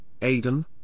Aiden